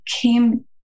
came